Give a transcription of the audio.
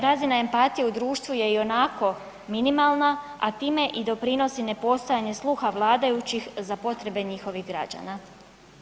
Razina empatije u društvu je ionako minimalna, a time i doprinosi nepostojanje sluha vladajućih za potrebe njihovih građana.